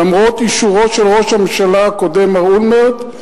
למרות אישורו של ראש הממשלה הקודם מר אולמרט,